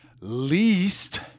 least